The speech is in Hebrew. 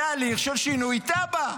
זה הליך של שינוי תב"ע.